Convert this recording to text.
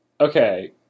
Okay